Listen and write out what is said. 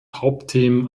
hauptthemen